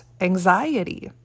anxiety